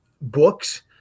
books